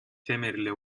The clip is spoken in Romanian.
temerile